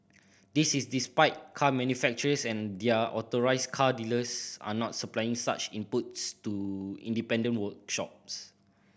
this is despite car manufacturers and their authorised car dealers not supplying such inputs to independent workshops